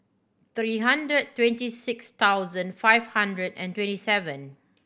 three hundred twenty six thousand five hundred and twenty seven